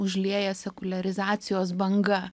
užlieja sekuliarizacijos banga